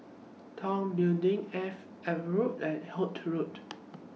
Tong Building AVA Road and Holt Road